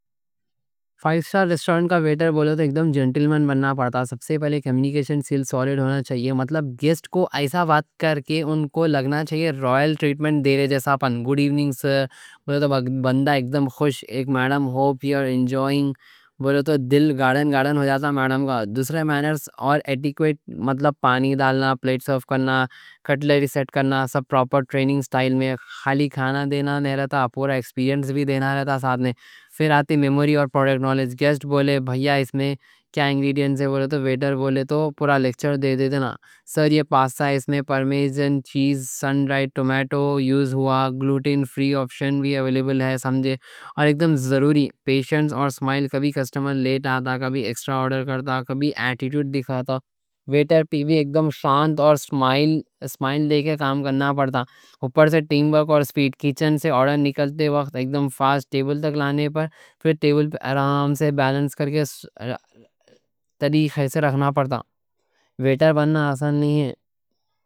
فائیو سٹار ریسٹورنٹ کا ویٹر بولے تو اکدم جنٹلمن بننا پڑتا۔ سب سے پہلے کمیونکیشن سکلز سولیڈ ہونا چاہیے۔ مطلب گیسٹ کو ایسا بات کر کے ان کو لگنا چاہیے رائل ٹریٹمنٹ دے رہے جیسا۔ گڈ ایوننگ سر، بندہ اکدم خوش، مادم ہوپ یو اِن جوئنگ، بولے تو دل اکدم گارڈن گارڈن ہو جاتا۔ مادم کے مینرز اور ایٹیکیٹ، مطلب پانی ڈالنا، پلیٹ سرو کرنا، کٹلری سیٹ کرنا۔ سب پراپر ٹریننگ اسٹائل میں، خالی کھانا دینا نہیں رہتا، پورا ایکسپیرینس بھی دینا رہتا۔ ساتھنے پھر آتی میموری اور پراڈکٹ نالج۔ گیسٹ بولے، بھائیّا اس میں کیا انگریڈینٹس ہے؟ بولے تو ویٹر بولے تو پورا لیکچر دے دیتے نا۔ سر یہ پاسٹا ہے، اس میں پارمیسن چیز، سن ڈرائڈ ٹماٹو یوز ہوا، گلوٹین فری آپشن بھی اویلیبل ہے۔ یہ اکدم ضروری پیشنس یا سمائل۔ کبھی کسٹمر لیٹ آتا، کبھی ایکسٹرا آرڈر کرتا ہے، کبھی ایٹیٹیوڈ دکھاتا ہے ویٹر پہ بھی اکدم شانت اور سمائل لے کے کام کرنا پڑتا۔ اوپر سے ٹیم ورک اور سپیڈ، کیچن سے آرڈر نکلتے وقت اکدم فاسٹ ٹیبل تک لانا۔ پھر ٹیبل پہ آرام سے بیلنس کر کے طریقے سے رکھنا پڑتا۔ ویٹر بننا آسان نہیں ہے۔